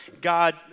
god